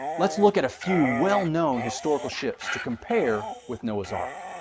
let's look at a few well-known historical ships to compare with noah's ark.